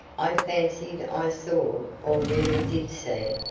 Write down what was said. i fancied i saw, or really did see,